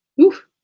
oof